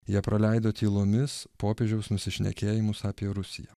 jie praleido tylomis popiežiaus nusišnekėjimus apie rusiją